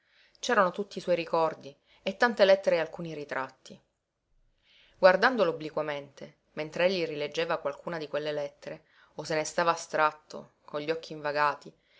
c'erano tutti i suoi ricordi e tante lettere e alcuni ritratti guardandolo obliquamente mentr'egli rileggeva qualcuna di quelle lettere o se ne stava astratto con gli occhi invagati